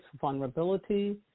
vulnerability